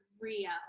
Rio